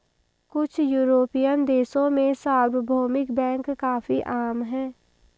कुछ युरोपियन देशों में सार्वभौमिक बैंक काफी आम हैं